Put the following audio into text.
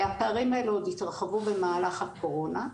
הפערים האלה עוד יתרחבו במהלך הקורונה.